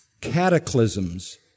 cataclysms